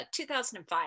2005